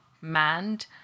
manned